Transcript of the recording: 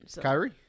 Kyrie